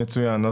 מצוין.